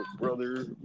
brother